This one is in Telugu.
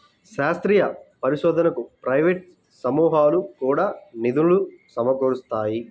శాస్త్రీయ పరిశోధనకు ప్రైవేట్ సమూహాలు కూడా నిధులు సమకూరుస్తాయి